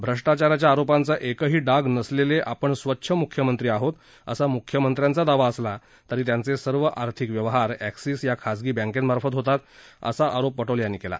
भ्रष्टाचाराच्या आरोपांचा एकही डाग नसलेले आपण स्वच्छ मुख्यमंत्री आहोत असा मुख्यमंत्र्यांचा दावा असला तरी त्यांचे सर्व आर्थिक व्यवहार एक्सीस या खाजगी बॅन्केमार्फत होतात असा आरोप पटोले यांनी केला